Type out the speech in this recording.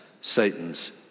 Satan's